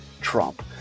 Trump